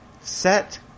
set